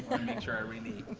make sure i really.